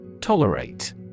Tolerate